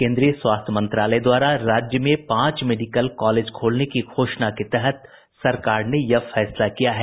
केन्द्रीय स्वास्थ्य मंत्रालय द्वारा राज्य में पांच मेडिकल कॉलेज खोलने की घोषणा के तहत सरकार ने यह फैसला किया है